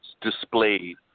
displayed